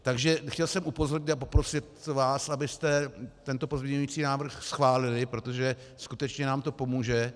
Takže chtěl jsem upozornit a poprosit vás, abyste tento pozměňovací návrh schválili, protože skutečně nám to pomůže.